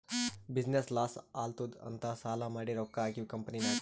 business loss ಆಲಾತ್ತುದ್ ಅಂತ್ ಸಾಲಾ ಮಾಡಿ ರೊಕ್ಕಾ ಹಾಕಿವ್ ಕಂಪನಿನಾಗ್